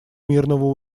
мирного